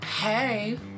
hey